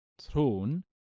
throne